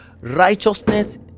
righteousness